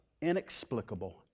inexplicable